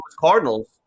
Cardinals